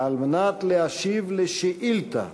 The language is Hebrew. להשיב על שאילתה